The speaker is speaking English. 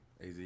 AZ